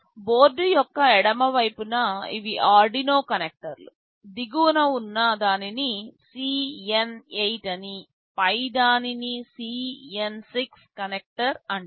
board యొక్క ఎడమ వైపున ఇవి ఆర్డునో కనెక్టర్లు దిగువన ఉన్న దానిని CN8 అని పై దానిని CN6 కనెక్టర్ అంటారు